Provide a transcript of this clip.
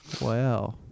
Wow